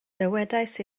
dywedais